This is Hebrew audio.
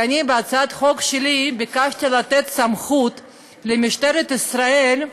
כי אני בהצעת החוק שלי ביקשתי לתת סמכות למשטרת ישראל לחסום,